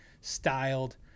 styled